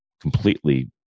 completely